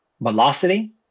velocity